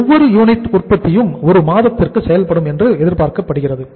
ஒவ்வொரு யூனிட் உற்பத்தியும் ஒரு மாதத்திற்கு செயல்படும் என்று எதிர்பார்க்கப்படுகிறது